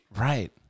right